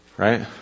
Right